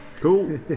Cool